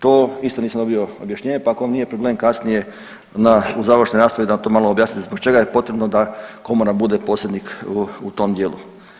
To isto nisam dobio objašnjenje, pa ako vam nije problem kasnije u završnoj raspravi da to malo objasnite zbog čega je potrebno da Komora bude posrednik u tom dijelu.